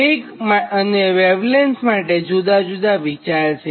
વેગ અને વેવલેન્થ માટે જુદા જુદા વિચાર છે